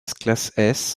classe